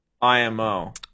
IMO